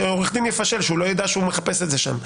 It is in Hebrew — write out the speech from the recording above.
עורך דין יפשל כי הוא לא יידע לחפש את זה שם.